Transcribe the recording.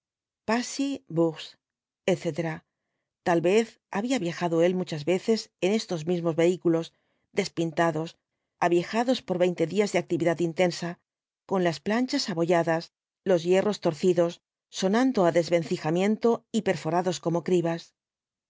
bastille passybourse etc tal vez había viajado él muchas veces en estos mismos vehículos despintados aviejados por veinte días de actividad intensa con las planchas abolladas los hierros torcidos sonando á desvencijamiento y perforados como cribas